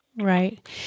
Right